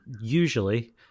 usually